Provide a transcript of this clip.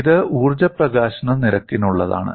ഇത് ഊർജ്ജ പ്രകാശന നിരക്കിനുള്ളതാണ്